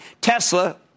Tesla